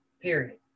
Period